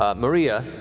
um maria,